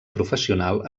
professional